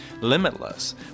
limitless